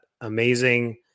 amazing